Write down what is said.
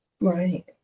Right